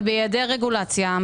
אבל בהיעדר רגולציה,